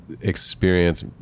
experience